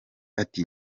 ati